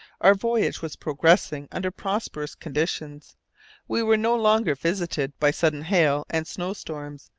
our voyage was progressing under prosperous conditions we were no longer visited by sudden hail and snow storms,